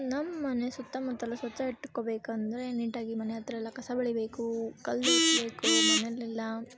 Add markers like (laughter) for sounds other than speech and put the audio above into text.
ನಮ್ಮ ಮನೆ ಸುತ್ತಮುತ್ತಲೂ ಸ್ವಚ್ಛ ಇಟ್ಟುಕೋಬೇಕಂದರೆ ನೀಟಾಗಿ ಮನೆ ಹತ್ತಿರ ಎಲ್ಲ ಕಸ ಬಳೀಬೇಕು (unintelligible) ಮನೆಯಲ್ಲೆಲ್ಲ